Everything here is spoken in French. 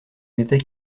n’était